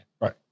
Right